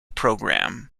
program